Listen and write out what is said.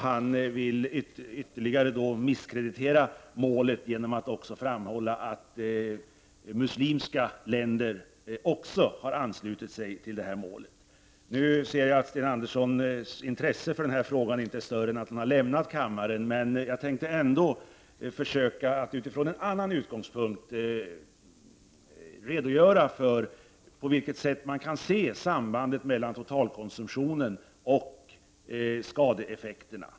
Han vill ytterligare misskreditera målet genom att framhålla att muslimska länder också har anslutit sig till detta mål. Nu ser jag att Sten Anderssons intresse för den här frågan inte är större än att han har lämnat kammaren, men jag tänker ändå försöka att utifrån en annan utgångspunkt redogöra för hur man kan se sambandet mellan totalkonsumtionen och skadeeffekterna.